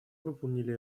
выполнили